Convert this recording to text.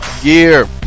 gear